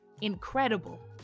incredible